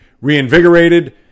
reinvigorated